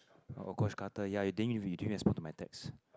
orh Josh-Carter ya he didn't he didn't respond to my text